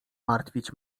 martwić